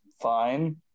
fine